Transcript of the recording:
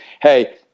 Hey